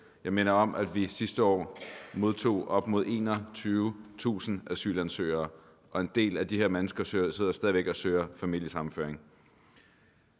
Jeg minder om, at vi sidste år modtog op mod 21.000 asylansøgere. En del af de her mennesker sidder stadig væk og søger familiesammenføring.